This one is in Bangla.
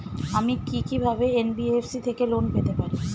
আমি কি কিভাবে এন.বি.এফ.সি থেকে লোন পেতে পারি?